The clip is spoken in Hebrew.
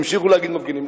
המשיכו להגיד מפגינים.